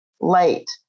late